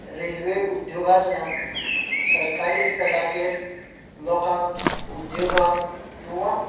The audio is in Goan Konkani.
रेल्वे उद्दोगांतल्यान सरकारी स्तराचेर लोकांक उद्दोगांक किंवा